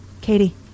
Katie